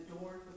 adorned